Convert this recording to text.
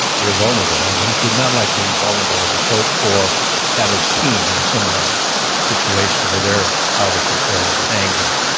you're vulnerable. and he did not like being vulnerable as a coach or have his team in a similar situation, where they're out of control with anger.